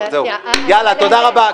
תודה רבה.